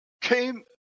came